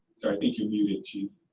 think you're muted chief.